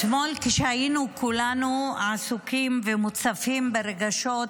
אתמול כשהיינו כולנו עסוקים ומוצפים ברגשות,